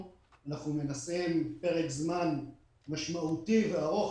אנחנו מנסים להשיג אותו למשך פרק זמן משמעותי וארוך,